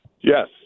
Yes